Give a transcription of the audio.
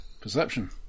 Perception